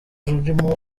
rurimo